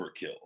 overkill